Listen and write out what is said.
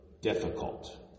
difficult